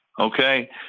Okay